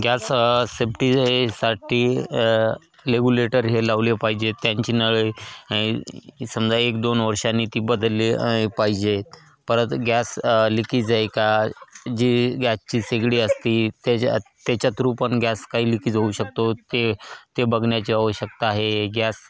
gas सेफ्टीसाठी regulator हे लावले पाहिजेत त्यांची नळी समजा एक दोन वर्षांनी ती बदलली पाहिजेत परत गॅस लिकेज आहे का जी गॅसची शेगडी असते त्याच्या त्याच्या थ्रू पण गॅस काही लिकेज होऊ शकतो ते ते बघण्याची आवश्यकता आहे गॅस